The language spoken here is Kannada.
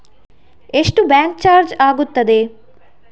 ಎಷ್ಟು ಬ್ಯಾಂಕ್ ಚಾರ್ಜ್ ಆಗುತ್ತದೆ?